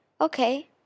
Okay